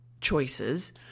choices